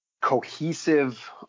cohesive